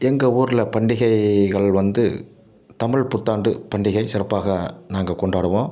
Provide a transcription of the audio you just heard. எங்க ஊரில் பண்டிகைகள் வந்து தமிழ் புத்தாண்டு பண்டிகை சிறப்பாக நாங்கள் கொண்டாடுவோம்